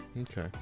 Okay